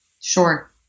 Sure